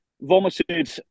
vomited